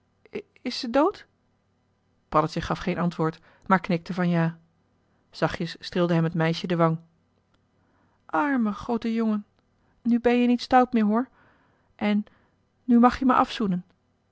is ze dood paddeltje gaf geen antwoord maar knikte van ja zachtjes streelde hem het meisje de wang arme groote jongen nu ben-je niet stout meer hoor en nu mag je me afzoenen